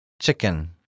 Chicken